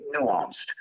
nuanced